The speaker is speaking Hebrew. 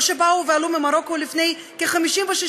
או שבאו ועלו ממרוקו לפני כ-50 ו-60